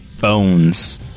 bones